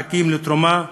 מחכים לתרומה.